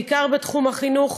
בעיקר בתחום החינוך.